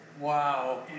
Wow